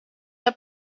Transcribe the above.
der